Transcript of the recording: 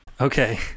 Okay